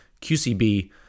QCB